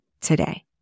today